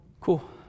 cool